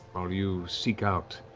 while you seek out